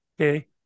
Okay